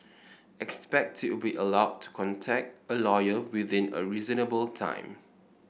expect to be allowed to contact a lawyer within a reasonable time